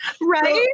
Right